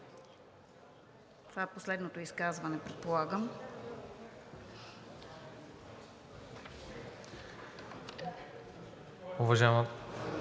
Това е последното изказване, предполагам.